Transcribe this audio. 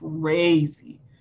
crazy